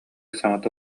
саҥата